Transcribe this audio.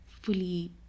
fully